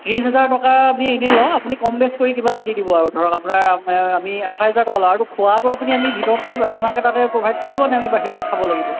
ত্ৰিছ হাজাৰ টকা আমি এনেই লওঁ আপুনি কম বেছ কৰি কিবা এটা দি দিব আৰু ধৰক আপোনাৰ আমাৰ আমি আঠাইছ হেজাৰ টকা লওঁ আৰু খোৱাটো আপুনি আমি ভিতৰত কৰিব আপোনালোকে তাতে প্ৰ'ভাইড কৰিব নে আমি বাহিৰত খাব লাগিব